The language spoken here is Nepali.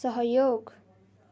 सहयोग